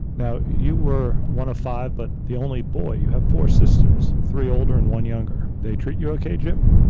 now, you were one of five, but the only boy you have four sisters, three older and one younger. they treat you okay, jim?